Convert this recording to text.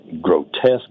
grotesque